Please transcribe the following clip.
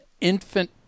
infant